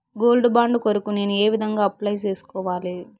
Gold bond కొరకు నేను ఏ విధంగా అప్లై సేసుకోవాలి?